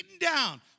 down